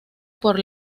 por